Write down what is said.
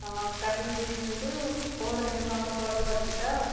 ହଁ କାଲିକୁ ଦେଇଦିଅନ୍ତୁ ପହର ଦିନକୁ ଆମର ପର୍ବ ଅଛି ତ